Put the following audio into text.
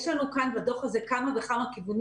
יש לנו בדוח הזה כמה וכמה כיוונים